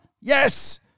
Yes